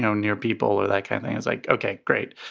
so near people or that kind things. like ok, great.